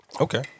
Okay